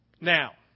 Now